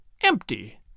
Empty